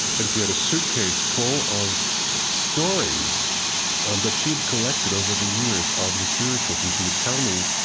and she had a suitcase full of stories um that she'd collected over the years of the spirituals. and she would tell me,